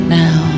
now